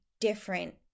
different